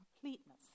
completeness